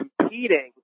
competing